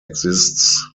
exists